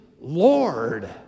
Lord